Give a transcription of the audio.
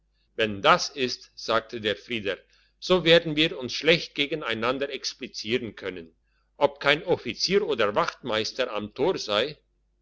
wenn das ist sagte der frieder so werden wir uns schlecht gegeneinander explizieren können ob kein offizier oder wachtmeister am tor sei